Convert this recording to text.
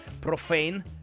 Profane